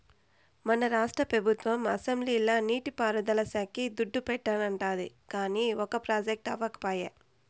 మన రాష్ట్ర పెబుత్వం అసెంబ్లీల నీటి పారుదల శాక్కి దుడ్డు పెట్టానండాది, కానీ ఒక ప్రాజెక్టు అవ్యకపాయె